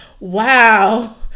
wow